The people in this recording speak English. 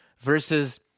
versus